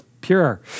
Pure